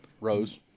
Rose